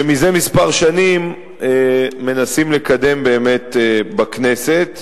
שזה כמה שנים מנסים לקדם באמת בכנסת.